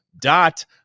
dot